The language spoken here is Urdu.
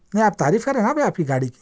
نہیں آپ تعریف کر رہے ہیں اب آپ کی گاڑی کی